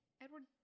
Edward